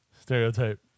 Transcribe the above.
stereotype